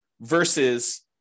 versus